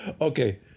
okay